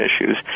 issues